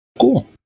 Cool